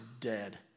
dead